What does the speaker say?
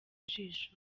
ijisho